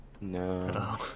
No